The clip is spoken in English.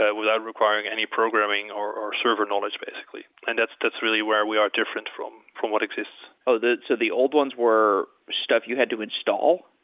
without requiring any programming, or server knowledge basically. and that's that's really where we are different from from what exists. oh, so the old ones were stuff you had to install?